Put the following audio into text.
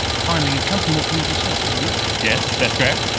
finally, you come from auckland yourself, do you not? yes, that's correct.